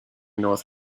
north